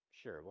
sure